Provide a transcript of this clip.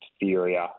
inferior